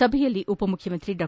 ಸಭೆಯಲ್ಲಿ ಉಪ ಮುಖ್ಯಮಂತ್ರಿ ಡಾ